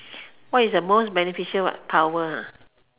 what is the most beneficial what power ha